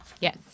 Yes